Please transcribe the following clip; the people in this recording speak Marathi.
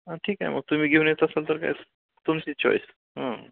हां ठीक आहे मग तुम्ही घेऊन येत असेल तर काय तुमची चॉईस हं